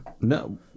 No